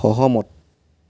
সহমত